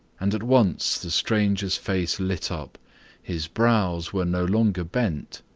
and at once the stranger's face lit up his brows were no longer bent,